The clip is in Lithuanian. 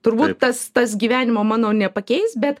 turbūt tas tas gyvenimo mano nepakeis bet